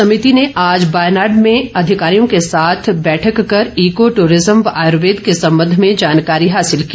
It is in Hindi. समिति ने आज वायनाड में अधिकारियों के साथ बैठक कर ईको टूरिज्म व आयुर्वेद के संबंध में जानकारी हासिल की